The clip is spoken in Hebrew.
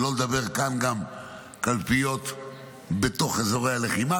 שלא לדבר כאן גם על הקלפיות בתוך אזורי הלחימה,